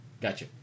Gotcha